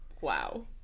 Wow